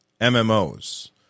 MMOs